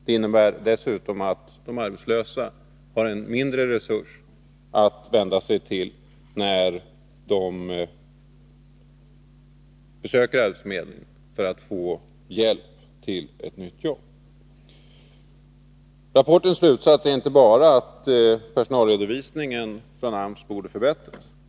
Det innebär i sin tur dessutom att de arbetslösa har en mindre resurs att vända sig till när de besöker arbetsförmedlingen för att få hjälp till ett nytt arbete. Rapportens slutsats är inte bara att personalredovisningen från AMS borde förbättras.